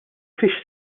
fiex